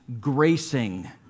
gracing